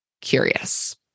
curious